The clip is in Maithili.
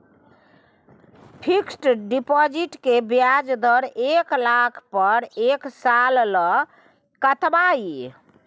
फिक्सड डिपॉजिट के ब्याज दर एक लाख पर एक साल ल कतबा इ?